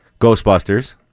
Ghostbusters